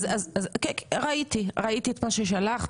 ראיתי את מה ששלחת,